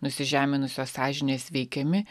nusižeminusios sąžinės veikiami